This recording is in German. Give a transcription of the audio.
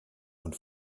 und